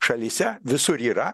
šalyse visur yra